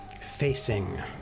facing